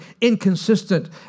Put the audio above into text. inconsistent